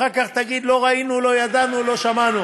אחר כך תגיד: לא ראינו, לא ידענו, לא שמענו.